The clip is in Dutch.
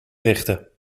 richten